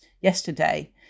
yesterday